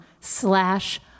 slash